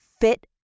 fit